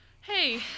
Hey